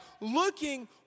Looking